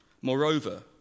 Moreover